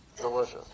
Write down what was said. delicious